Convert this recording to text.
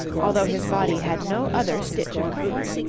although his body had no other stitch of covering,